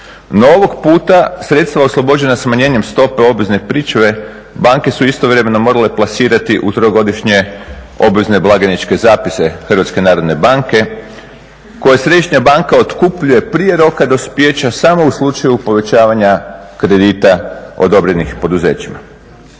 No ovog puta sredstva oslobođena smanjenjem stope obvezne pričuve banke su istovremeno morale plasirati u trogodišnje obvezne blagajničke zapise HNB-a koje Središnja banka otkupljuje prije roka dospijeća samo u slučaju povećavanja kredita odobrenih poduzećima.